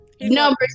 number